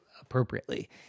appropriately